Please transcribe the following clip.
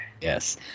Yes